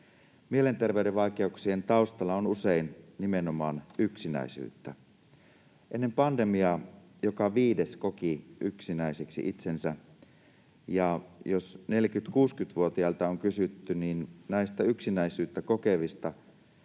Mielenterveyden vaikeuksien taustalla on usein nimenomaan yksinäisyyttä. Ennen pandemiaa joka viides koki itsensä yksinäiseksi, ja jos 40—60‑vuotiailta on kysytty, niin näistä yksinäisyyttä kokevista